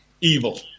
evil